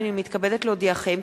הנני מתכבדת להודיעכם,